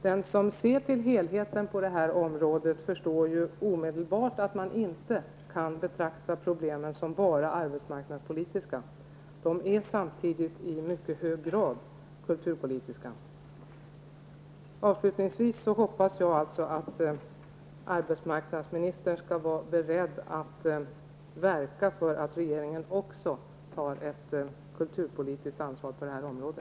Den som ser till helheten på detta område förstår ju omedelbart att man inte kan betrakta problemen som enbart arbetsmarknadspolitiska. De är samtidigt i mycket hög grad kulturpolitiska. Avslutningsvis hoppas jag att arbetsmarknadsministern skall vara beredd att verka för att regeringen också tar ett kulturpolitiskt ansvar på detta område.